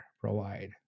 provide